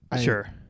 sure